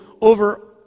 over